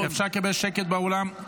אפשר לקבל שקט באולם?